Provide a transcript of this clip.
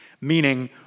meaning